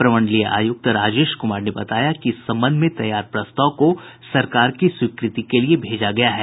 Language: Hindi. प्रमंडलीय आयुक्त राजेश कुमार ने बताया कि इस संबंध में तैयार प्रस्ताव को सरकार की स्वीकृति के लिए भेजा गया है